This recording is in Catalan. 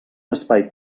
espai